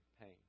pain